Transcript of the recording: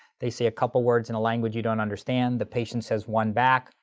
they say a couple words in a language you don't understand, the patient says one back,